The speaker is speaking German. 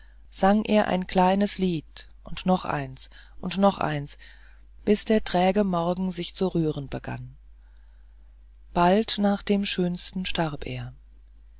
sang er ein kleines lied und noch eines und noch eines bis der träge morgen sich zu rühren begann bald nach dem schönsten starb er